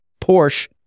Porsche